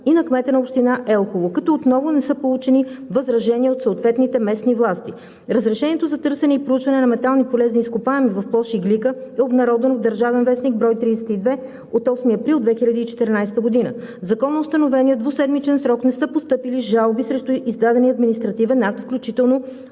и на кмета на община Елхово, като отново не са получени възражения от съответните местни власти. Разрешението за търсене и проучване на метални полезни изкопаеми в площ „Иглика“ е обнародвано в „Държавен вестник“, бр. 32 от 8 април 2014 г. В законоустановения двуседмичен срок не са постъпили жалби срещу издадения административен акт, включително